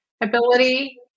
ability